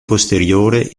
posteriore